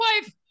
wife